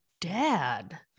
dad